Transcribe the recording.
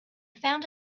found